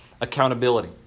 accountability